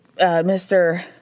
Mr